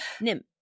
Nim